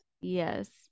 Yes